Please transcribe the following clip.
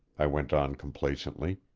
i went on complacently,